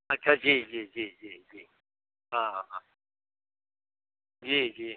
अच्छा जी जी जी जी जी जी हाँ हाँ हाँ जी जी